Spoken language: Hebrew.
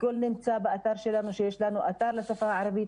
הכול נמצא באתר שלנו לשפה הערבית,